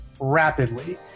rapidly